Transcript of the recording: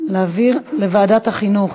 להעביר לוועדת החינוך.